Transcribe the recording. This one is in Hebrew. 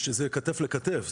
שזה כתף אל כתף,